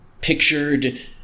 pictured